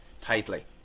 tightly